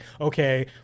okay